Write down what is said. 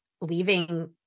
leaving